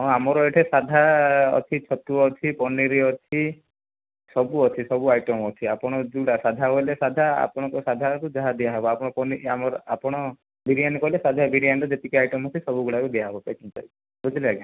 ହଁ ଆମର ଏଇଠି ସାଧା ଅଛି ଛତୁ ଅଛି ପନିର ଅଛି ସବୁ ଅଛି ସବୁ ଆଇଟମ୍ ଅଛି ଆପଣ ଯେଉଁଟା ସାଧା ବୋଇଲେ ସାଧା ଆପଣଙ୍କର ସାଧାର ଯାହା ଦିଆ ହେବ ଆପଣ ପନିର ଆମର ଆପଣ ବିରିୟାନୀ କହିଲେ ସାଧା ବିରିୟାନୀରେ ଯେତିକି ଆଇଟମ୍ ଅଛି ସବୁ ଗୁଡ଼ାକ ଦିଆ ହେବ ପ୍ୟାକିଂ ପାଇଁ ବୁଝିଲେ ଆଜ୍ଞା